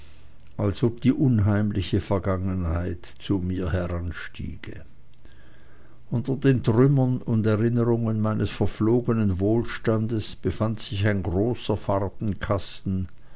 als ob die unheimliche vergangenheit zu mir heranstiege unter den trümmern und erinnerungen meines verflogenen wohlstandes befand sich ein großer